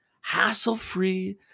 Hassle-free